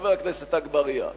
חבר הכנסת אגבאריה,